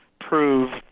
prove